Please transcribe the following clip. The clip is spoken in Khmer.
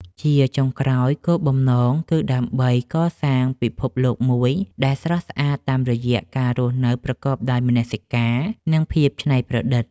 ជាចុងក្រោយ គោលបំណងគឺដើម្បីកសាងពិភពលោកមួយដែលស្រស់ស្អាតតាមរយៈការរស់នៅប្រកបដោយមនសិការ និងភាពច្នៃប្រឌិត។